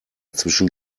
zwischen